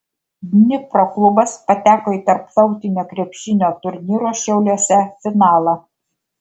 dnipro klubas pateko į tarptautinio krepšinio turnyro šiauliuose finalą